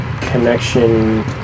connection